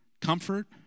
comfort